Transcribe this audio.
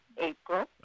April